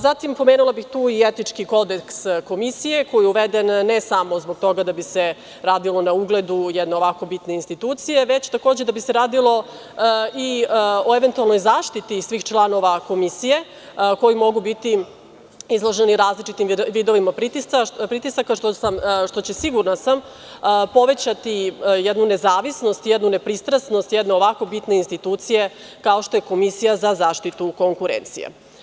Zatim, pomenula bih tu i etički kodeks komisije koji je uveden ne samo zbog toga da bi se radilo na ugledu jedne ovako bitne institucije, već da bi se radilo i o eventualnoj zaštiti svih članova komisije koji mogu biti izloženi različitim vidovima pritisaka, što će sigurna sam povećati jednu nezavisnost, jednu nepristrasnost jedne ovako bitne institucije, kao što je Komisija za zaštitu konkurencije.